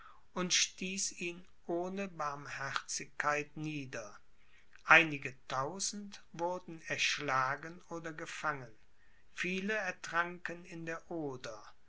und stieß ihn ohne barmherzigkeit nieder einige tausend wurden erschlagen oder gefangen viele ertranken in der oder